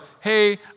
hey